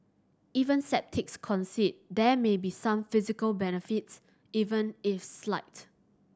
even sceptics concede there may be some physical benefits even if slight